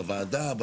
בוועדה?